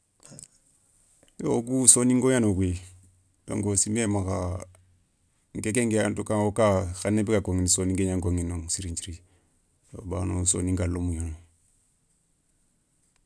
Yo wo kou soninko gnano kouya donc siméyé makha nke ke nke en tout cas wo ka khané bé ga koηini soninké gna nkoηini siri nthiri bawoni soninka lémou gnanoye.